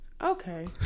Okay